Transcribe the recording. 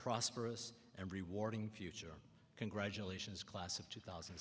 prosperous and rewarding future congratulations class of two thousand